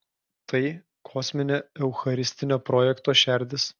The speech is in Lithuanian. tai kosminio eucharistinio projekto šerdis